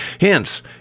Hence